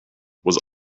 was